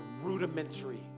rudimentary